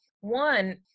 one